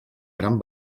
gran